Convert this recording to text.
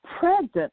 present